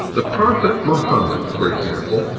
the prophet mohammed, for example,